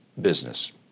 business